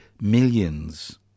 millions